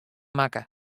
makke